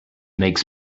makes